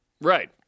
Right